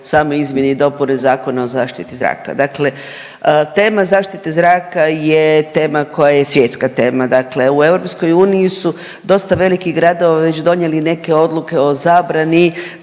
same izmjene i dopune Zakona o zaštiti zraka. Dakle, tema zaštite zraka je tema koja je svjetska tema. Dakle, u EU su dosta veliki gradovi već donijeli neke odluke o zabrani